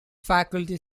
faculty